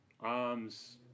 arms